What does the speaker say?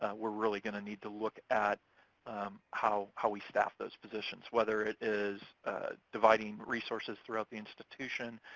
we're really gonna need to look at how how we staff those positions, whether it is dividing resources throughout the institution,